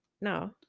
No